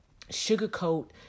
sugarcoat